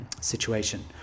situation